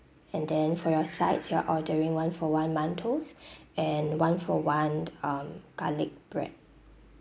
and then for your sides you're ordering one for one mantou and one for one um garlic bread